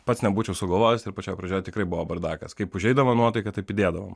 pats nebūčiau sugalvojęs ir pačioj pradžioj tikrai buvo bardakas kaip užeidavo nuotaika taip įdėdavom